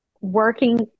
working